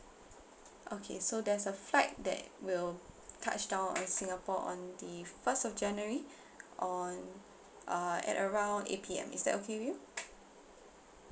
okay so there's a flight that will touch down on singapore on the first of january on uh at around eight P_M is that okay with you